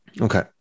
Okay